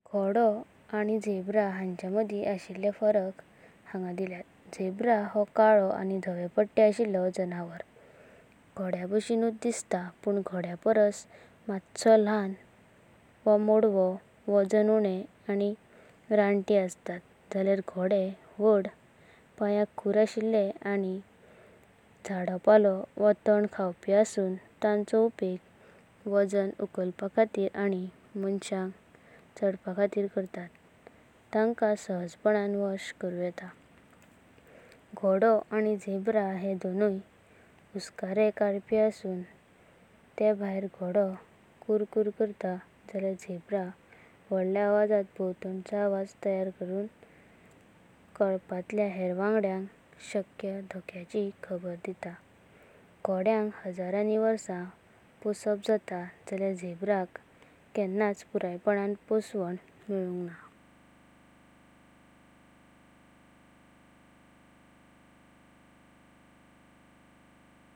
घोडो आनी झेब्रा हांचा मडी अशिले फराक दिलेया। झेब्रा हो काळो आनी धावे पट्टे अशिले जनावर। घोड्यांबासीनुचं दिसता पण घोडेयापरस मात्सो ल्हान वा मोडवो वजन उणे आय राती असतात। जाळे यार घोडे व्हड पायंका खूऱ अशिले आनी झडपाळो वा तां खवापी असून थांचो उपेग वजन उकलपाखातीर आनी माणसाक। चडपाखातीर करता आनी तंका सहजपणां वांसा करून येता। घोडो आनी झेब्रा हे दोनुय उस्कारे काडपी असून ते भयार घोडो कूरकूर करता। जाळे'यार झेब्रा वढलेया आवाजां भवांतांचो आवाजा करून कल्पातकलेया हेऱ। वांगडेयांका सकाया धोक्या चि शिटाकवाणी दीता। घोड्यानक हजारणी वर्षा पोसप जाता जाळे'यार झेब्रा केन्नाचं पुरायपणां पोषावनं मेलूंग ना।